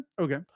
okay